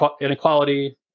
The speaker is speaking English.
inequality